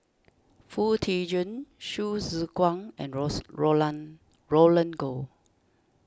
Foo Tee Jun Hsu Tse Kwang and rose Roland Goh